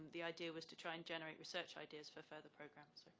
the idea was to try and generate research ideas for further programs.